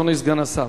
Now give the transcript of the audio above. אדוני סגן השר,